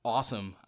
Awesome